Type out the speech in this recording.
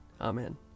Amen